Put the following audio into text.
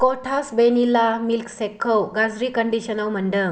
kathas vanilla milkshake खौ गाज्रि कन्दिसनाव मोन्दों